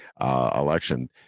election